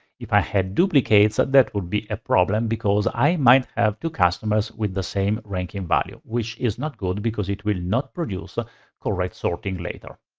if i had duplicates, that would be a problem because i might have two customers with the same ranking value. which is not good because it will not produce ah correct sorting later.